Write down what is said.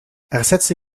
ersetze